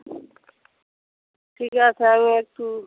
ঠিক আছে আমি একটু